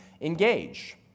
engage